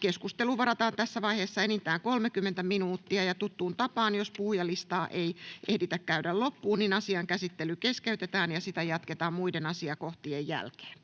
Keskusteluun varataan tässä vaiheessa enintään 30 minuuttia. Tuttuun tapaan, jos puhujalistaa ei ehditä käydä loppuun, asian käsittely keskeytetään ja sitä jatketaan muiden asiakohtien jälkeen.